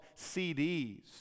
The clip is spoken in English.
CDs